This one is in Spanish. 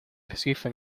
deshizo